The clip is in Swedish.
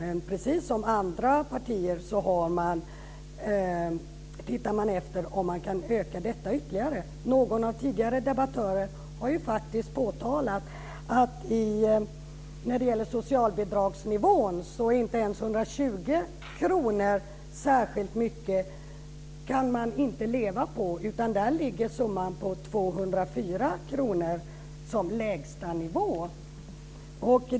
Men precis som andra partier tittar man på om man kan öka detta ytterligare. Någon av de tidigare debattörerna har faktiskt påtalat att när det gäller socialbidragsnivån så är inte ens 120 kr särskilt mycket att leva på, utan där ligger summan på 204 kr som lägsta nivå.